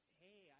hey